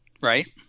Right